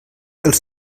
els